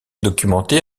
documentée